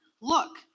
Look